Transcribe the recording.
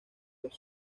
los